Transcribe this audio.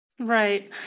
Right